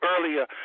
earlier